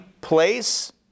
place